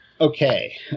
Okay